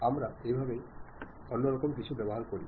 আমরা এভাবেই অন্যরকম কিছু ব্যবহার করি